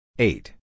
Eight